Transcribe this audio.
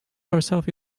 herself